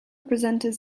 presenters